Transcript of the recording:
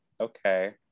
Okay